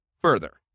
further